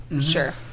sure